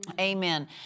Amen